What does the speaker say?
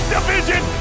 Division